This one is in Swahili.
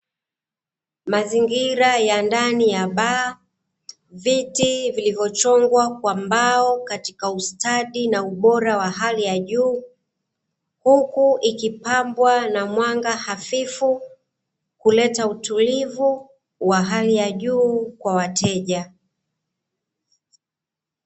Mazingira ya ndani ya baa, viti vilivyochongwa kwa mbao katika ustadi na ubora wa hali ya juu, huku ikipambwa na mwanga hafifu kuleta utulivu wa hali ya juu kwa wateja.